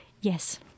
Yes